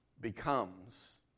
becomes